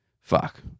Fuck